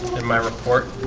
my report